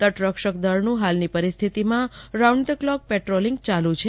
તટરક્ષક દળનું હાલની પરિસ્થિતિમાં રાઉન્ડ ધ ક્લોક પેટ્રોલીંગ ચાલુ છે